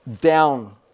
down